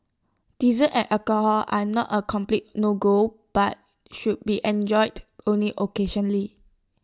desserts and alcohol are not A complete no go but should be enjoyed only occasionally